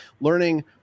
learning